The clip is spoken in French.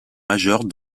majeures